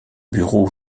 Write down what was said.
bureau